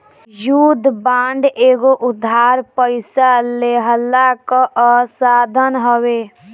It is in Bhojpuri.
युद्ध बांड एगो उधार पइसा लेहला कअ साधन हवे